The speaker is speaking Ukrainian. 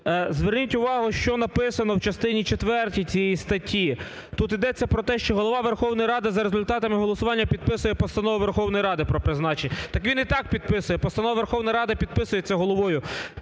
Зверніть увагу, що написано в частині четвертій цієї статті. Тут ідеться про те, що Голова Верховної Ради за результатами голосування підписує постанову Верховної Ради про призначення. Так він і так підписує, постанови Верховної Ради підписуються Головою.